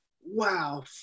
Wow